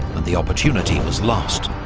and the opportunity was lost.